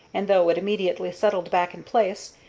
and, though it immediately settled back in place,